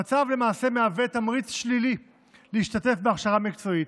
המצב למעשה מהווה תמריץ שלילי להשתתף בהכשרה מקצועית,